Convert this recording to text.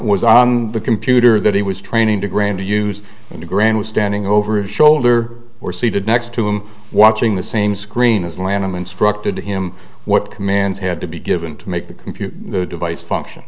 was on the computer that he was training to grant to use to grandstanding over a shoulder or seated next to him watching the same screen as lanham instructed to him what commands had to be given to make the computer the device function